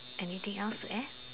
anything else to add